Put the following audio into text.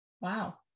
Wow